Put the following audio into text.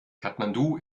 kathmandu